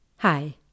Hi